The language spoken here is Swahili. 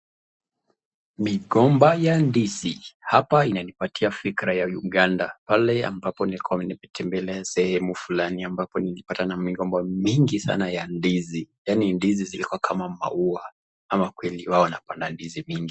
Migomba ya ndizi, hapa inanipatia fikra ya Uganda pale ambapo nilikotembelea sehemu fulani ambapo nilipatana na migomba mingi sana ya ndizi yaani ndizi zilikuwa kama maua ama kweli hawa wanapanda ndizi mingi.